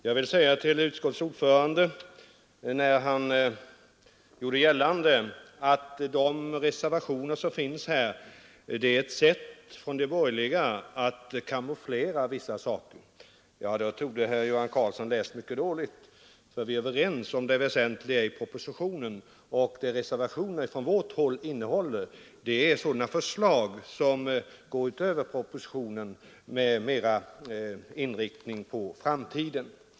Herr talman! Utskottets ordförande gjorde gällande att de reservationer som här föreligger är ett sätt för de borgerliga att kamouflera vissa saker. Ja, då torde herr Göran Karlsson ha läst mycket dåligt, för vi är överens om det väsentliga i propositionen, och vad reservationerna från vårt håll innehåller är sådana förslag som går utöver propositionen och är mera inriktade på framtiden.